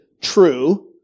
true